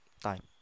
time